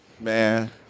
Man